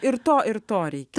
ir to ir to reikia